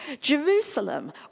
Jerusalem